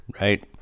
right